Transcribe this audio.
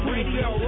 Radio